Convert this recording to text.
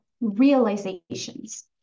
realizations